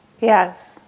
Yes